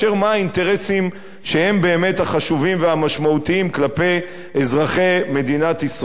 האינטרסים שהם החשובים והמשמעותיים באמת כלפי אזרחי מדינת ישראל,